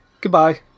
Goodbye